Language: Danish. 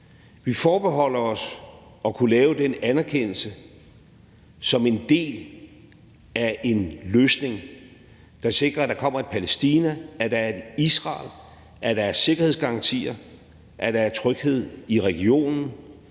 Vi forbeholder os at kunne lave den anerkendelse som en del af en løsning, der sikrer, at der kommer et Palæstina, at der er et Israel, at der er sikkerhedsgarantier, at der er tryghed i regionen,